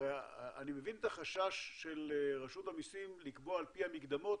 אני מבין את החשש של רשות המיסים לקבוע על פי המקדמות,